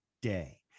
day